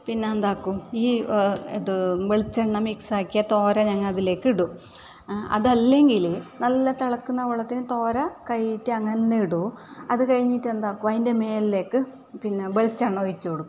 പിന്നെ എന്താക്കും ഈ ഇത് വെളിച്ചെണ്ണ മിക്സാക്കിയ തോര ഞങ്ങൾ അതിലേക്കിടും ആ അതെല്ലെങ്കില് നല്ല തിളയ്ക്കുന്ന വെള്ളത്തില് തോര കഴുകിയിട്ട് അങ്ങനെ ഇടും അത് കഴിഞ്ഞിട്ടെന്താക്കും അതിൻ്റെ മുകളിലേക്ക് വെളിച്ചെണ്ണ ഒഴിച്ചു കൊടുക്കും